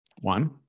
one